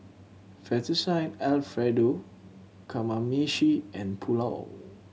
Fettuccine Alfredo Kamameshi and Pulao